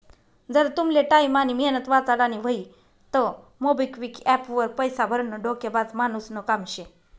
जर तुमले टाईम आनी मेहनत वाचाडानी व्हयी तं मोबिक्विक एप्प वर पैसा भरनं डोकेबाज मानुसनं काम शे